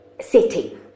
Setting